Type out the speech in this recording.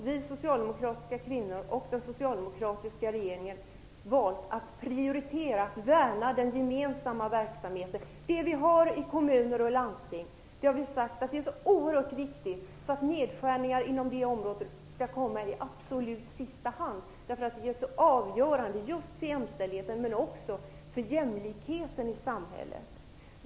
Vi socialdemokratiska kvinnor och den socialdemokratiska regeringen har valt att prioritera detta med att värna den gemensamma verksamheten. Verksamheten i kommuner och landsting är oerhört viktig. Därför skall nedskärningar på det området absolut komma i sista hand, eftersom det här är avgörande för jämställdheten men också för jämlikheten i samhället.